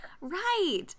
Right